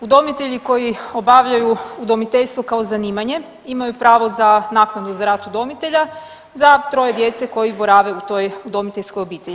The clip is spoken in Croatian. Udomitelji koji obavljaju udomiteljstvo kao zanimanje imaju pravo za naknadu za rad udomitelja za troje djece koji borave u toj udomiteljskoj obitelji.